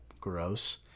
Gross